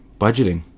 budgeting